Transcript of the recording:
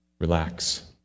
Relax